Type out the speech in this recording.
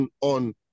on